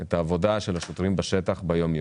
את העבודה של השוטרים בשטח, אנחנו